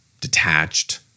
Detached